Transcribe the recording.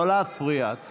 לא להפריע.